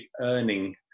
earning